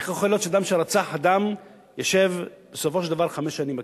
איך יכול להיות שאדם שרצח אדם ישב בסופו של דבר חמש שנים בכלא?